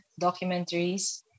documentaries